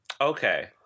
Okay